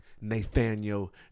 Nathaniel